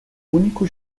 único